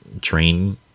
train